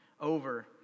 over